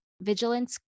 Vigilance